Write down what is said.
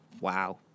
wow